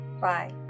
Bye